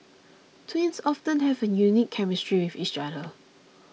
twins often have a unique chemistry with each other